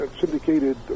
syndicated